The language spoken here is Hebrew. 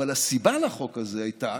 אבל הסיבה לחוק הייתה,